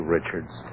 Richards